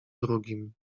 drugim